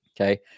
Okay